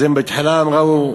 אז הם בהתחלה ראו: